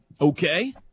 Okay